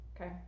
Okay